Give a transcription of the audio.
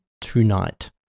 tonight